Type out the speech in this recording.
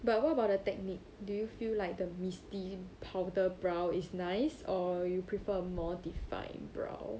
but what about the technique do you feel like the misty powder brow is nice or you prefer more defined brow